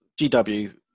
GW